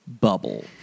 bubble